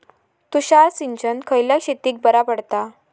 तुषार सिंचन खयल्या शेतीक बरा पडता?